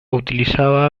utilizaba